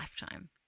lifetime